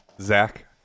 Zach